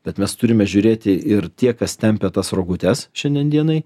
bet mes turime žiūrėti ir tie kas tempia tas rogutes šiandien dienai